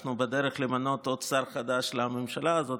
אנחנו בדרך למנות עוד שר חדש לממשלה הזו.